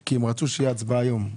כי הם רצו שתהיה הצבעה היום.